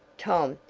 tom,